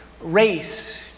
race